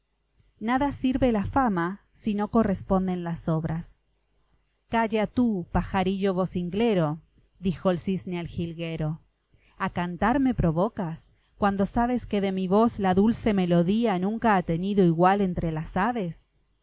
veremos qué os queda a vosotros fábula xvii el jilguero y el cisne nada sirve la fama si no corresponden las obras calla tú pajarillo vocinglero dijo el cisne al jilguero a cantar me provocas cuando sabes que de mi voz la dulce melodía nunca ha tenido igual entre las aves